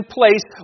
place